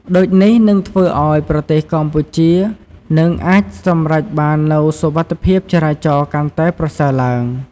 ដូចនេះ នឹងធ្វើឪ្យប្រទេសកម្ពុជានឹងអាចសម្រេចបាននូវសុវត្ថិភាពចរាចរណ៍កាន់តែប្រសើរឡើង។